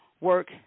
work